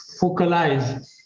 focalize